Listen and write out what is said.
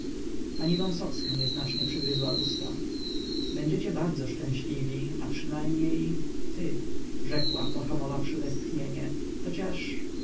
pani wąsowska nieznacznie przygryzła usta będziecie bardzo szczęśliwi a przynajmniej ty rzekła pohamowawszy westchnienie chociaż